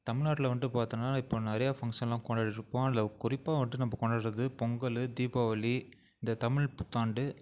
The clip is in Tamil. தமிழ் நாட்டில் வந்துட்டு பார்த்தோன்னா இப்போது நிறையா ஃபங்சனெல்லாம் கொண்டாடியிருப்போம் அதில் குறிப்பாக வந்துட்டு நம்ம கொண்டாடுறது பொங்கல் தீபாவளி இந்த தமிழ் புத்தாண்டு